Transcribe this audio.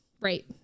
right